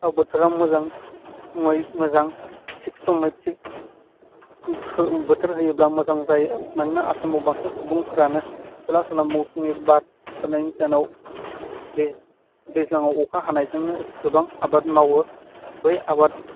आव बोथोराव मोजांङै मोजां थिक समै थिक बोथोर होयोब्ला मोजां जायो मानोना आसामाव बांसिन सुबुंफ्रानो खोला सोनाब मौसुमि बार बारनायनि जाहोनाव दैज्लाङाव अखा हानायजोंनो गोबां आबाद मावो बै आबाद